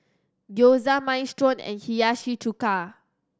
Gyoza Minestrone and Hiyashi Chuka